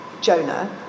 Jonah